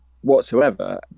whatsoever